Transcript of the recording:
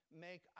Make